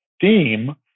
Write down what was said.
theme